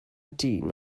dyn